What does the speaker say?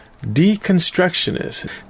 deconstructionist